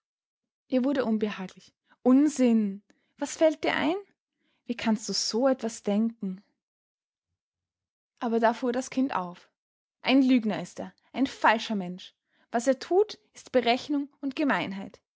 ihr wurde unbehaglich unsinn was fällt dir ein wie kannst du so etwas denken aber da fuhr das kind auf ein lügner ist er ein falscher mensch was er tut ist berechnung und gemeinheit